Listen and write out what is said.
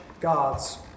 God's